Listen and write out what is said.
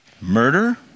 Murder